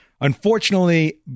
unfortunately